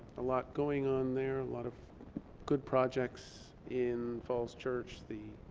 a lot going on there, a lot of good projects in falls church. the